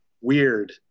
weird